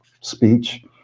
speech